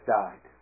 died